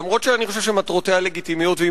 אף שאני חושב שמטרותיה לגיטימיות והיא